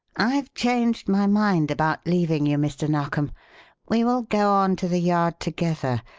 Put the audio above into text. i've changed my mind about leaving you, mr. narkom we will go on to the yard together.